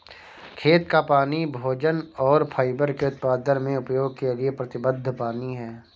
खेत का पानी भोजन और फाइबर के उत्पादन में उपयोग के लिए प्रतिबद्ध पानी है